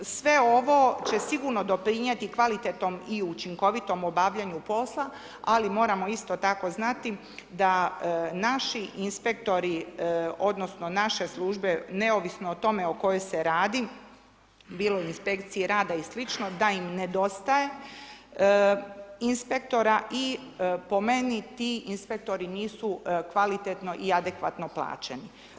Sve ovo će sigurno doprinijeti kvalitetnom i učinkovitom obavljanju posla, ali moramo isto tako znati da naši inspektori odnosno naše službe, neovisno o tome o kojoj se radi, bilo inspekciji rada i slično, da im nedostaje inspektora, i po meni ti inspektori nisu kvalitetno i adekvatno plaćeni.